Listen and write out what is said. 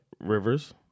Rivers